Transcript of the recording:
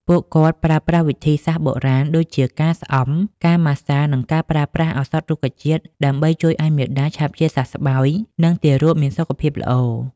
ពួកគាត់ប្រើប្រាស់វិធីសាស្រ្តបុរាណ ដូចជាការស្អំ ការម៉ាស្សា និងការប្រើប្រាស់ឱសថរុក្ខជាតិ ដើម្បីជួយឲ្យមាតាឆាប់ជាសះស្បើយ និងទារកមានសុខភាពល្អ។